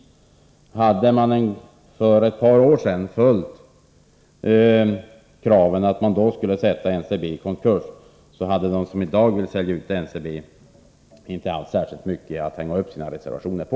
Om riksdagen för ett par år sedan hade följt det då framförda kravet att man skulle sätta NCB i konkurs, hade de som i dag vill sälja ut NCB inte haft särskilt mycket att hänga upp sina reservationer på.